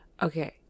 Okay